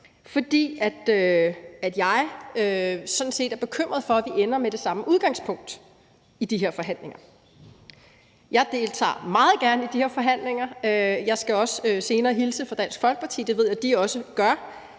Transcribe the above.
er sådan set bekymret for, at vi ender med det samme udgangspunkt i de her forhandlinger. Jeg deltager meget gerne i de her forhandlinger. Jeg skal også senere hilse fra Dansk Folkeparti – det ved jeg at de også gør